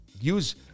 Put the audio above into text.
use